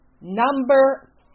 number